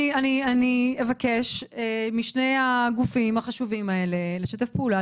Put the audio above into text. אני אבקש משני הגופים החשובים האלה לשתף פעולה,